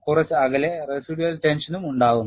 കുറച്ച് അകലെ residual ടെൻഷനും ഉണ്ടാകുന്നു